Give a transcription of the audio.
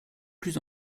plus